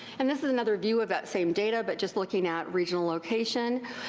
and this is another view of that same data but just looking at regional location.